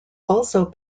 also